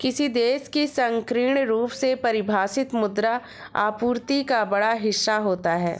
किसी देश की संकीर्ण रूप से परिभाषित मुद्रा आपूर्ति का बड़ा हिस्सा होता है